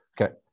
Okay